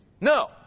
No